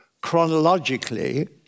chronologically